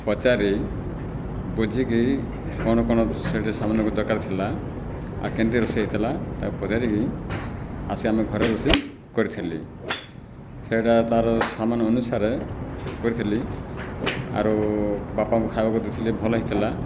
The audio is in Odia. ପଚାରି ବୁଝିକି କ'ଣ କ'ଣ ସେଠି ସାମାନ ଦରକାର ଥିଲା ଆଉ କେମିତି ରୋଷେଇ ହୋଇଥିଲା ତାକୁ ପଚାରିକି ଆସି ଆମ ଘରେ ରୋଷେଇ କରିଥିଲି ସେଇଟା ତା'ର ସାମାନ ଅନୁସାରେ କରିଥିଲି ଆଊ ବାପାଙ୍କୁ ଖାଇବାକୁ ଦେଇଥିଲି ଭଲ ହୋଇଥିଲା